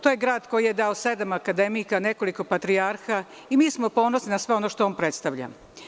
To je grad koji je dao sedam akademika, nekoliko patrijarha i mi smo ponosni na sve ono što on predstavlja.